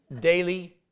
Daily